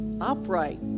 Upright